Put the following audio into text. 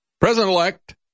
President-elect